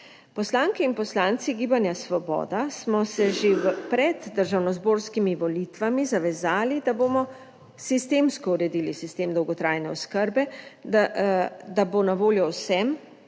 Poslanke in poslanci Gibanja Svoboda smo se že pred državnozborskimi volitvami zavezali, da bomo sistemsko uredili sistem dolgotrajne oskrbe, da bo na voljo vsem,